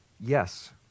yes